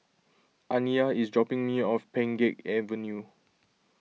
Aniyah is dropping me off Pheng Geck Avenue